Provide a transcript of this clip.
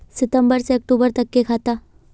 सितम्बर से अक्टूबर तक के खाता?